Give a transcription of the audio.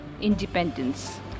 independence